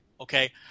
Okay